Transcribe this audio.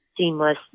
seamless